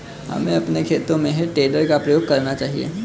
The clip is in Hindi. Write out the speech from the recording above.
हमें अपने खेतों में हे टेडर का प्रयोग करना चाहिए